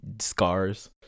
scars